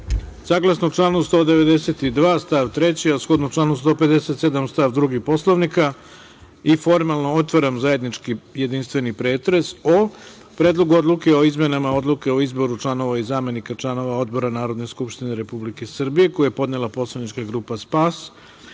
časova. Saglasno članu 192. stav 3, a shodno članu 157. stav 2. Poslovnika, formalno otvaram zajednički jedinstveni pretres o: Predlogu odluke o izmenama odluke o izboru članova i zamenika članova odbora Narodne skupštine Republike Srbije koji je podnela poslanička grupa SPAS,